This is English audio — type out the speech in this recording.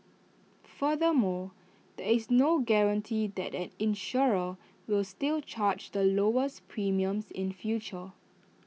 furthermore there is no guarantee that an insurer will still charge the lowest premiums in future